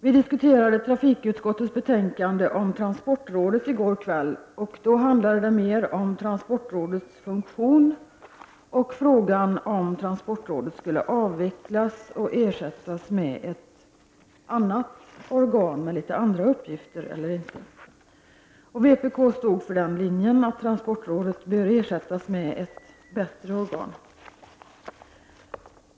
Vi diskuterade trafikutskottets betänkande om transportrådet i går kväll. Då handlade det mer om transportrådets funktion och frågan om transportrådet skall avvecklas och ersättas med ett annat organ med andra uppgifter. Vpk går på den linjen, att transportrådet bör ersättas med ett bättre organ.